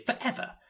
forever